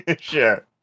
Sure